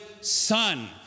son